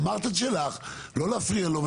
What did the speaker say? אמרת את שלך, לא להפריע לו.